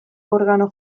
organo